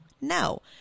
No